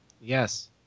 Yes